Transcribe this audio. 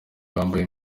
bambaye